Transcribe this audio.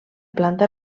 planta